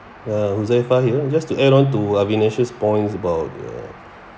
ya huzaifal here just to add on to uh vinaceous points about the